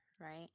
right